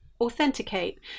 authenticate